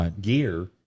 gear